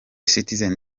citizen